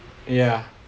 yeah